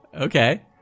Okay